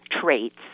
traits